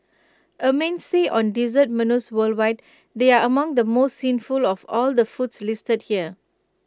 A mainstay on dessert menus worldwide they are among the most sinful of all the foods listed here